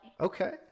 Okay